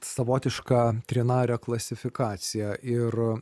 savotišką trinarę klasifikaciją ir